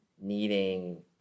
needing